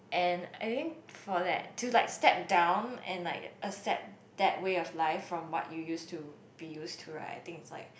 and I mean for that to like step down and like accept that way of life from what you used to be used to right I think is like